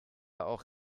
auch